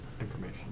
information